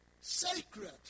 sacred